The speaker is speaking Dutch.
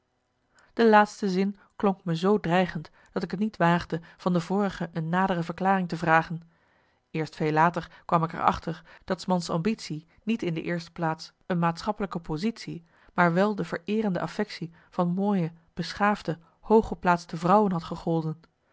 de laatste zin klonk me zoo dreigend dat ik t niet waagde van de vorige een nadere verklaring te vragen eerst veel later kwam ik er achter dat s mans ambitie niet in de eerste plaats een maatschappelijke positie maar wel de vereerende affectie van mooie beschaafde hooggeplaatste vrouwen had gegolden